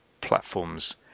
platforms